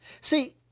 See